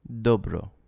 Dobro